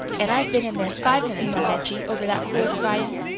an' i've been in there five minutes, i'll bet ye, over that fool cry in',